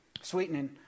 sweetening